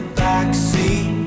backseat